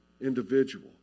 individual